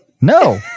no